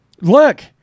Look